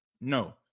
no